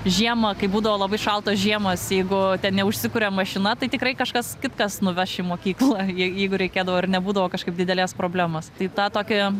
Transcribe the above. žiemą kai būdavo labai šaltos žiemos jeigu ten neužsikuria mašina tai tikrai kažkas kitkas nuveš į mokyklą jei jeigu reikėdavo ir nebūdavo kažkaip didelės problemos tai tą tokį